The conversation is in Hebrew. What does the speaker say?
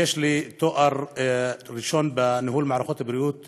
יש לי תואר ראשון בניהול מערכות בריאות